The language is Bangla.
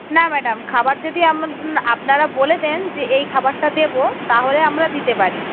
না ম্যাডাম খাবার যদি আপনারা বলে দেন যে এই খাবারটা দেবো তাহলে আমরা দিতে পারি